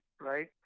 right